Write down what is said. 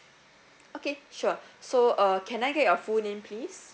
okay sure so uh can I get your full name please